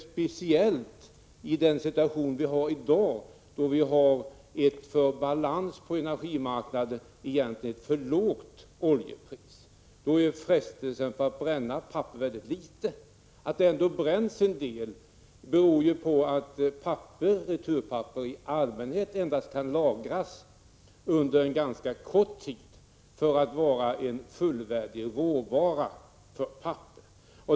Speciellt gäller det i den situation vi har i dag, då vi har ett för balans på energimarknaden för lågt oljepris. Då är frestelsen att bränna papperliten. Att det ändå bränns en del beror på att returpapper i allmänhet kan lagras under ganska kort tid för att vara en fullvärdig råvara för papper.